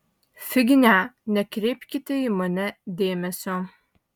fignia nekreipkite į mane dėmesio